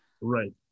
right